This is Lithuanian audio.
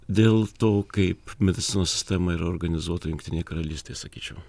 dėl to kaip medicinos sistema yra organizuota jungtinėj karalystėj sakyčiau